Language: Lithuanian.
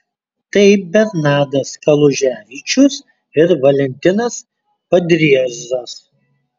tai bernardas kaluževičius ir valentinas padriezas